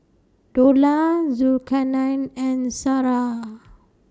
Dollah Zulkarnain and Sarah